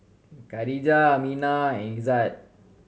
Khadija Aminah Izzat